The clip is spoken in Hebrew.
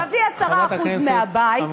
תביא 10% מהבית,